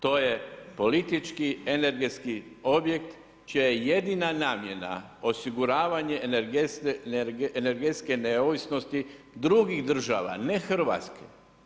To je politički, energetski objekt čija je jedina namjena osiguravanje energetske neovisnosti drugih država, ne Hrvatske.